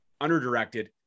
underdirected